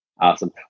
Awesome